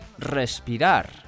Respirar